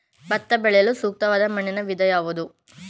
ಭತ್ತ ಬೆಳೆಯಲು ಸೂಕ್ತವಾದ ಮಣ್ಣಿನ ವಿಧ ಯಾವುದು?